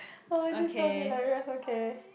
oh and this so hilarious okay